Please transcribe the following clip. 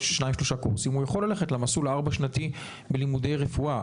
שניים-שלושה קורסים הוא יכול ללכת למסלול הארבע-שנתי בלימודי רפואה.